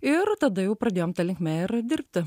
ir tada jau pradėjom ta linkme ir dirbti